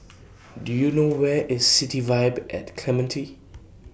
Do YOU know Where IS City Vibe At Clementi